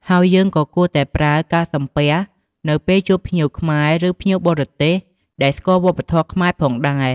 ហើយយើងក៏គួរតែប្រើការសំពះនៅពេលជួបភ្ញៀវខ្មែរ ឬភ្ញៀវបរទេសដែលស្គាល់វប្បធម៌ខ្មែរផងដែរ។